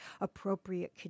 appropriate